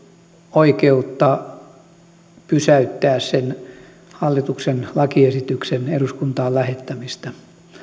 oikeutta pysäyttää sen hallituksen lakiesityksen eduskuntaan lähettämistä